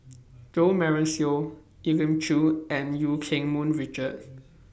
Jo Marion Seow Elim Chew and EU Keng Mun Richard